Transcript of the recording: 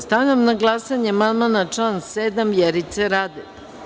Stavljam na glasanje amandman na član 7. Vjerice Radete.